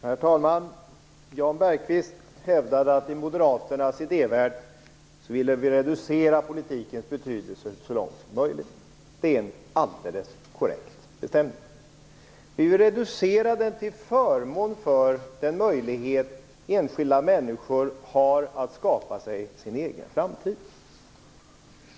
Herr talman! Jan Bergqvist hävdade att vi i moderaternas idévärld ville reducera politikens betydelse så långt som möjligt. Det är alldeles korrekt. Det stämmer. Vi vill reducera den till förmån för den möjlighet enskilda människor har att skapa sig sin egen framtid.